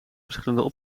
verschillende